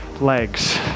legs